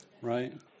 Right